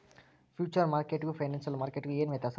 Future ಮಾರ್ಕೆಟಿಗೂ financial ಮಾರ್ಕೆಟಿಗೂ ಏನ್ ವ್ಯತ್ಯಾಸದ?